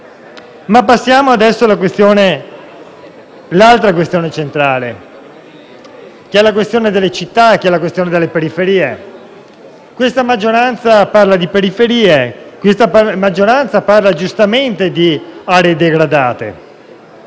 Passiamo adesso all'altra questione centrale, cioè la questione delle città e delle periferie. Questa maggioranza parla di periferie, parla, giustamente, di aree degradate,